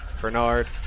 Bernard